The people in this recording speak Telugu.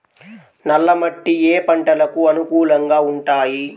నల్ల మట్టి ఏ ఏ పంటలకు అనుకూలంగా ఉంటాయి?